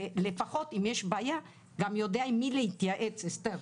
לפחות אם יש בעיה, גם יודע עם מי להתייעץ, אסתר,